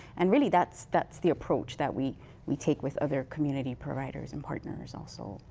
and really, that's that's the approach that we we take with other community providers and partners also.